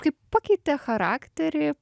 kaip pakeitė charakterį